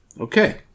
Okay